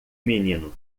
menino